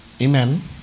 Amen